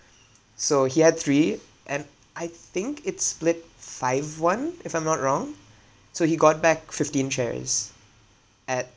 so he had three and I think it's split five one if I'm not wrong so he got back fifteen shares at